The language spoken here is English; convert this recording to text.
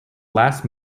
last